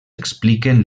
expliquen